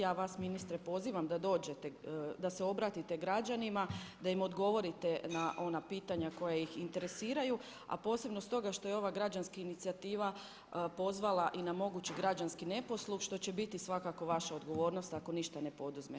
Ja vas ministre pozivam da dođete, da se obratite građanima, da im odgovorite na ona pitanja koja ih interesiraju, a posebno stoga što je ova građanska inicijativa pozvala i na mogući građanski neposluh što će biti svakako vaša odgovornost ako ništa ne poduzmete.